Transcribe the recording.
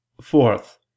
Fourth